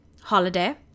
Holiday